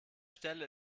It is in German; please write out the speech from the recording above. stelle